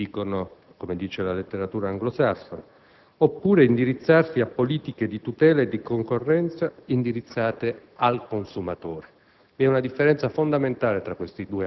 *market oriented*, come dice la letteratura anglosassone, oppure indirizzarsi a politiche di tutela e di concorrenza indirizzate verso il consumatore.